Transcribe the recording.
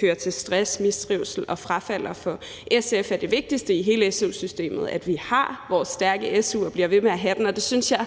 føre til stress, mistrivsel og frafald. Og for SF er det vigtigste i hele su-systemet, at vi har vores stærke su og bliver ved med at have den, og jeg synes, det